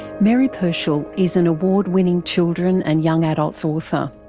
mary pershall is an award winning children and young adults author,